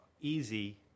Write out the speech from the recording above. easy